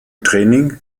training